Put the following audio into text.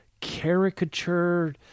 caricature